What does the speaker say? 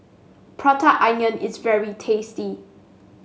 Prata Onion is very tasty